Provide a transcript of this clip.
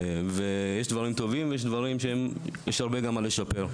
יש דברים טובים ויש הרבה מה לשפר.